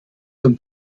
zum